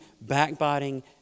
backbiting